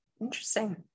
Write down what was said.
Interesting